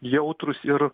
jautrūs ir